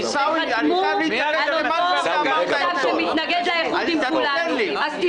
וחתמו על אותו המכתב שמתנגד לאיחוד עם כולנו.